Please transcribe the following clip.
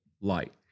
light